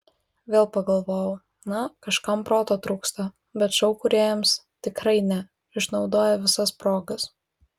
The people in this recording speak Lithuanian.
vėl pagalvojau na kažkam proto trūksta bet šou kūrėjams tikrai ne išnaudoja visas progas